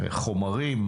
חומרים,